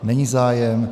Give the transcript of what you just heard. Není zájem.